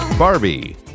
Barbie